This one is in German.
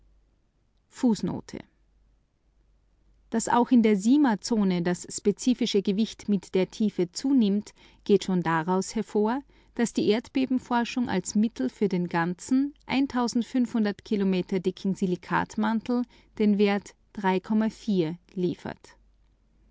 daß auch in der simazone das spezifische gewicht mit der tiefe zunimmt geht schon daraus hervor daß die erdbebenforschung als mittel für den ganzen kilometer dicken silikatmantel der erde den wert liefert